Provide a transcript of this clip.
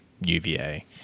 UVA